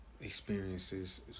Experiences